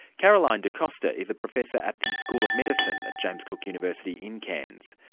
caroline de costa is a professor at the school of medicine at james cook university in cairns.